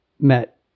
met